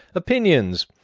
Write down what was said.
opinions.